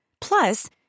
Plus